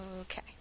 Okay